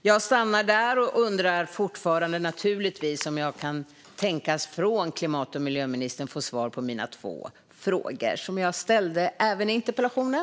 Jag undrar fortfarande om jag kan tänkas få svar från klimat och miljöministern på mina två frågor, som jag ställde även i interpellationen.